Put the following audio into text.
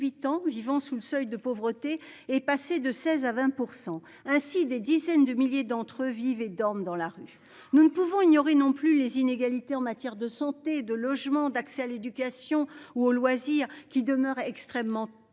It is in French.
ans vivant sous le seuil de pauvreté est passé de 16 à 20%. Ainsi des dizaines de milliers d'entre eux vivent et dorment dans la rue. Nous ne pouvons ignorer non plus les inégalités en matière de santé, de logement, d'accès à l'éducation ou aux loisirs qui demeure extrêmement